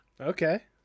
Okay